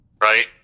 Right